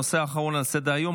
הנושא האחרון על סדר-היום,